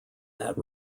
that